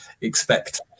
expect